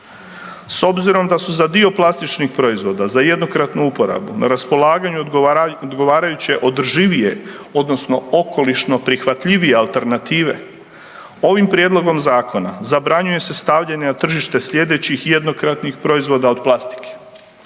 S obzirom da su za dio plastičnih proizvoda za jednokratnu uporabu na raspolaganju odgovarajuće održivije odnosno okolišno prihvatljivije alternative ovim prijedlog zakona zabranjuje se stavljanje na tržište slijedećih jednokratnih proizvoda od plastike.